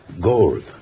Gold